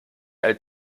alt